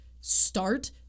start